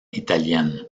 italienne